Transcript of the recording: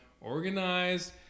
organized